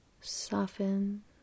Soften